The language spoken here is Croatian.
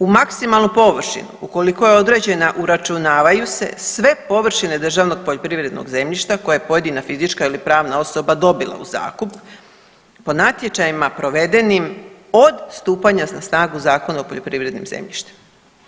U maksimalnu površinu ukoliko je određena uračunavaju se sve površine državnog poljoprivrednog zemljišta koje je pojedina fizička ili pravna osoba dobila u zakup po natječajima provedenim od stupanja na snagu Zakona o poljoprivrednim zemljištima.